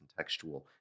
contextual